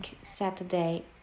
Saturday